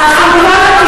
מעולה.